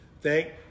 Thank